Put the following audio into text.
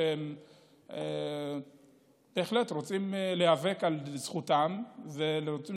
שהם בהחלט רוצים להיאבק על זכותם ורוצים